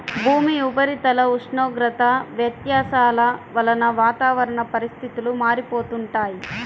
భూమి ఉపరితల ఉష్ణోగ్రత వ్యత్యాసాల వలన వాతావరణ పరిస్థితులు మారిపోతుంటాయి